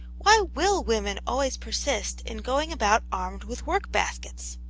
why will women always persist in going about armed with work-baskets?